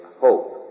hope